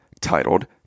titled